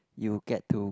you get to uh